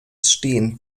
stehen